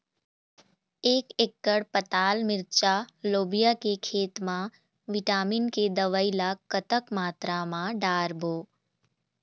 एक एकड़ पताल मिरचा लोबिया के खेत मा विटामिन के दवई ला कतक मात्रा म डारबो?